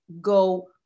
go